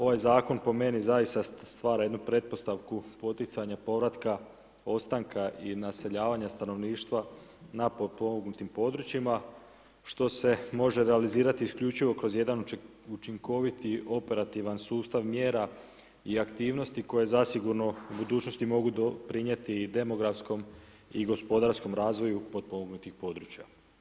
Ovaj zakon po meni zaista stvara jednu pretpostavku poticanja povratka ostanka i naseljavanja stanovništva na potpomognutim područjima što se može realizirati isključivo kroz jedan učinkoviti operativan sustav mjera i aktivnosti koje zasigurno u budućnosti mogu doprinijeti i demografskom i gospodarskom razvoju potpomognutih područja.